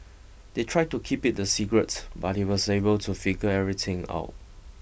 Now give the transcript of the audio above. they tried to keep it a secret but he was able to figure everything out